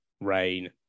rain